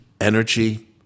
energy